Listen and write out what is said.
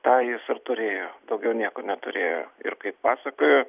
tą jis ir turėjo daugiau nieko neturėjo ir kaip pasakojo